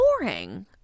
boring